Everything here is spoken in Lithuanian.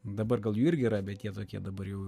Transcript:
dabar gal jų irgi yra bet jie tokie dabar jau